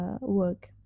work